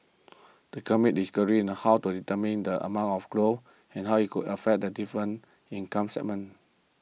in how to determine the amount of growth and how it would affect the different income segments